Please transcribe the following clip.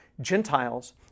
Gentiles